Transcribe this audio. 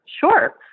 Sure